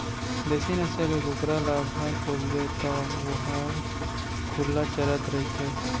देसी नसल के कुकरा ल घर पोसबे तौ वोहर खुल्ला चरत रइथे